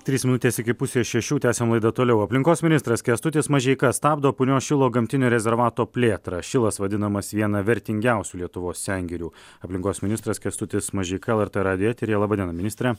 trys minutės iki pusės šešių tęsiam laidą toliau aplinkos ministras kęstutis mažeika stabdo punios šilo gamtinio rezervato plėtrą šilas vadinamas viena vertingiausių lietuvos sengirių aplinkos ministras kęstutis mažeika lrt radijo eteryje laba diena ministre